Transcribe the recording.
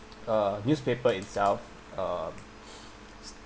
uh newspaper itself um